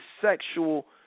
sexual